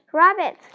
rabbit